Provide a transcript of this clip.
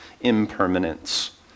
impermanence